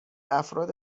افراد